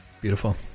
Beautiful